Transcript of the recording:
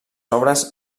obres